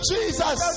Jesus